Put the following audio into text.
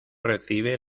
recibe